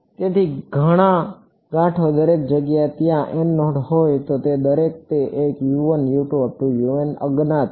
તેથી ઘણા ગાંઠો દરેક એક જો ત્યાં n નોડ હોય તો દરેક એક તે અજ્ઞાત છે